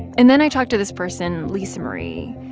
and then i talked to this person lisa-marie.